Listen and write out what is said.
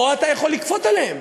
פה אתה יכול לכפות עליהן.